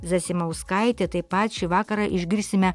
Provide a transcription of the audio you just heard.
zasimauskaitė taip pat šį vakarą išgirsime